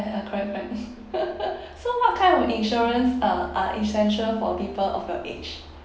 correct correct so what kind of insurance uh are essential for people of your age